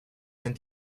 and